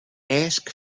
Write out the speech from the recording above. ask